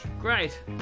Great